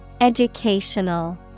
Educational